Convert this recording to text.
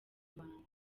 abantu